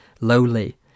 lowly